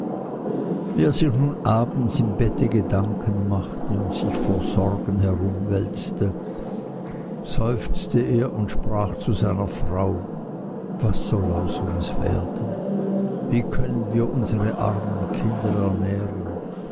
er sich nun abends im bette gedanken machte und sich vor sorgen herumwälzte seufzte er und sprach zu seiner frau was soll aus uns werden wie können wir unsere armen kinder ernähren